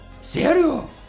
Serio